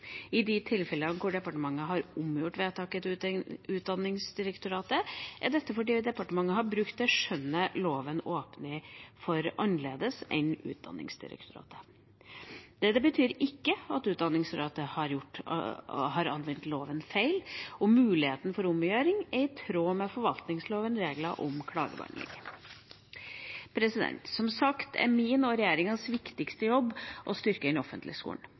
I de tilfellene departementet har omgjort vedtaket til Utdanningsdirektoratet, er det fordi departementet har brukt det skjønnet loven åpner for, annerledes enn Utdanningsdirektoratet. Det betyr ikke at Utdanningsdirektoratet har anvendt loven feil, og muligheten for omgjøring er i tråd med forvaltningslovens regler om klagebehandling. Som sagt er min og regjeringas viktigste jobb å styrke den offentlige skolen.